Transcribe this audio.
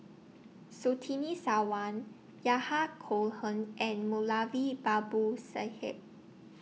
Surtini Sarwan Yahya Cohen and Moulavi Babu Sahib